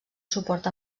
suport